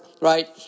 right